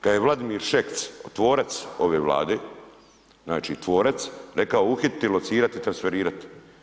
Kada je Vladimir Šeks, tvorac ove Vlade, znači tvorac, rekao uhititi, locirati i transferirati.